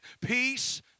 peace